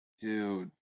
dude